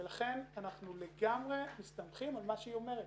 ולכן אנחנו לגמרי מסתמכים על מה שהיא אומרת,